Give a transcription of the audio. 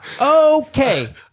Okay